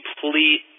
complete